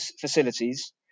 facilities